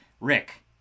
rick